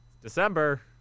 December